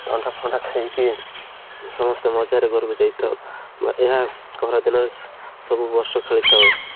ଥଣ୍ଡାଫଣ୍ଡା ଖାଇକି ସମସ୍ତେ ମଜାରେ ଘରକୁ ଯାଇଥାଉ ବା ଏହା ଖରା ଦିନରେ ସବୁ ବର୍ଷ ଖେଳିଥାଉ